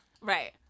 Right